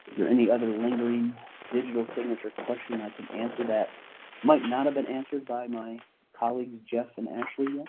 there any other lingering digital signature question i can answer that might not have been answered by my colleagues jeff and ashlee